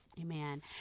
Amen